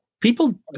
People